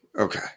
Okay